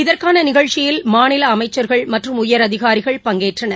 இதற்கான நிகழ்ச்சியில் மாநில அமைச்சர்கள் மற்றும் உயரதிகாரிகள் பங்கேற்றனர்